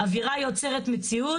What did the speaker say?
אווירה יוצרת מציאות,